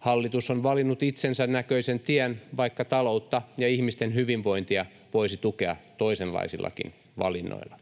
Hallitus on valinnut itsensä näköisen tien, vaikka taloutta ja ihmisten hyvinvointia voisi tukea toisenlaisillakin valinnoilla.